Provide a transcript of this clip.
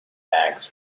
bags